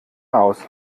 aus